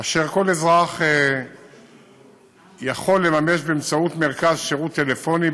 אשר כל אזרח יכול לממש באמצעות מרכז שירות טלפוני,